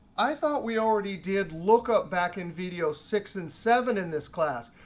i thought we already did lookup back in video six and seven in this class.